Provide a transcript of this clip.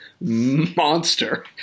monster